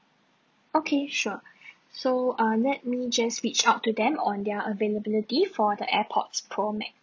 okay sure so uh let me just reach out to them on their availability for the airpods pro max